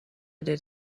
did